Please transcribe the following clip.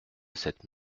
cette